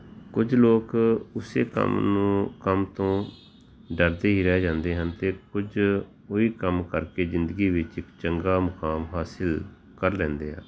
ਕੁਝ ਲੋਕ ਉਸੇ ਕੰਮ ਨੂੰ ਕੰਮ ਤੋਂ ਡਰਦੇ ਹੀ ਰਹਿ ਜਾਂਦੇ ਹਨ ਅਤੇ ਕੁਝ ਉਹੀ ਕੰਮ ਕਰਕੇ ਜ਼ਿੰਦਗੀ ਵਿੱਚ ਇੱਕ ਚੰਗਾ ਮੁਕਾਮ ਹਾਸਿਲ ਕਰ ਲੈਂਦੇ ਆ